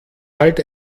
halt